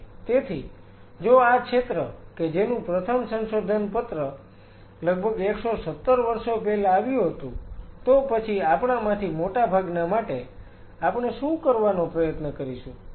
તેથી જો આ ક્ષેત્ર કે જેનું પ્રથમ સંશોધનપત્ર લગભગ 117 વર્ષો પહેલા આવ્યું હતું તો પછી આપણામાંથી મોટાભાગનાં માટે આપણે શું કરવાનો પ્રયત્ન કરીશું